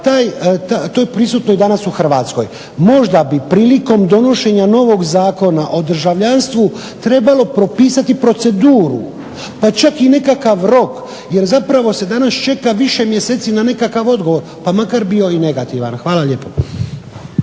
To je prisutno danas u Hrvatskoj. Možda bi prilikom donošenja novog Zakona o državljanstvu trebalo propisati proceduru, pa čak i nekakav rok, jer zapravo se danas više mjeseci čeka na nekakav rok pa makar bio i negativan. Hvala lijepo.